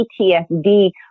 PTSD